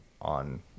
on